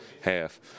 half